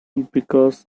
because